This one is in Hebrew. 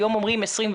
היום אומרים 21,